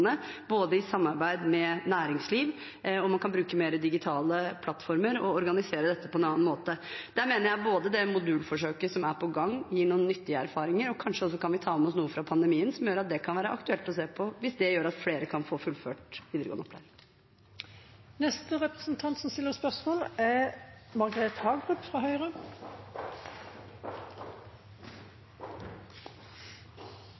i samarbeid med næringsliv, og om man kan bruke mer digitale plattformer og organisere dette på en annen måte. Der mener jeg at det modulforsøket som er i gang, gir noen nyttige erfaringer. Kanskje kan vi også ta med oss noe fra pandemien som det kan være aktuelt å se på, hvis det gjør at flere kan få fullført videregående opplæring.